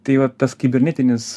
tai vat tas kibernetinis